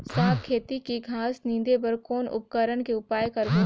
साग खेती के घास निंदे बर कौन उपकरण के उपयोग करबो?